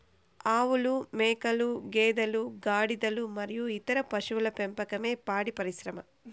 ఆవులు, మేకలు, గేదెలు, గాడిదలు మరియు ఇతర పశువుల పెంపకమే పాడి పరిశ్రమ